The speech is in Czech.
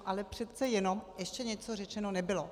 Ale přece jenom ještě něco řečeno nebylo.